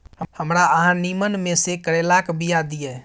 हमरा अहाँ नीमन में से करैलाक बीया दिय?